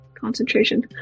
concentration